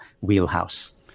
wheelhouse